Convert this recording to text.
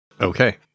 Okay